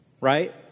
right